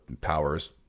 powers